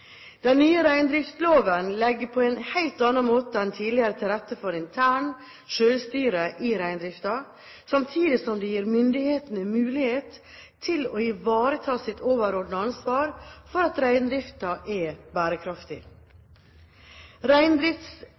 Den nye reindriftsloven legger på en helt annen måte enn tidligere til rette for internt selvstyre i reindriften, samtidig som det gir myndighetene mulighet til å ivareta sitt overordnede ansvar for at reindriften er bærekraftig.